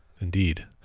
Indeed